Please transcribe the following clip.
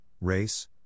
race